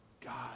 God